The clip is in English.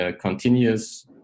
continuous